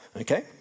okay